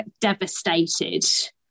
devastated